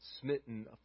smitten